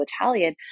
Italian